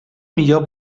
millor